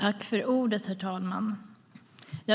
Herr talman!